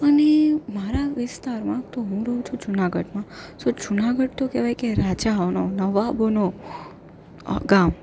અને મારા વિસ્તારમાં તો હું રહું છું જૂનાગઢમાં તો જૂનાગઢ તો કહેવાય કે રાજાઓનો નવાબોનો ગામ